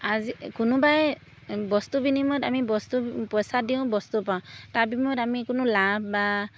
আজি কোনোবাই বস্তু বিনিময়ত আমি বস্তু পইচা দিওঁ বস্তু পাওঁ তাৰ বিনিময়ত আমি কোনো লাভ বা